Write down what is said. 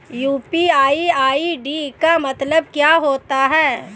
UPI ID का मतलब क्या होता है?